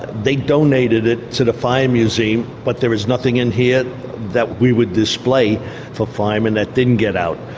they donated it to the fire museum, but there is nothing in here that we would display for firemen that didn't get out.